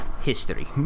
history